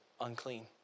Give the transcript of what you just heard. unclean